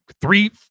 three